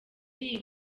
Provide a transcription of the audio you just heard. iyi